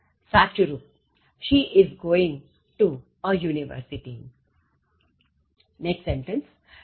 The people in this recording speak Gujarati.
સાચુ રુપ She is going to a university